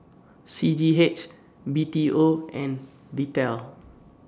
C G H B T O and Vital